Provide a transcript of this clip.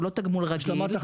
שהוא לא תגמול רגיל,